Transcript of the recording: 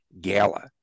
gala